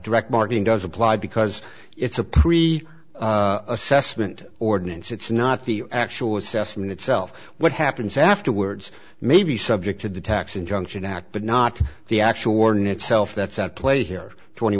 direct marketing does apply because it's a pre assessment ordinance it's not the actual assessment itself what happens afterwards may be subject to the tax injunction act but not the actual warning itself that's at play here twenty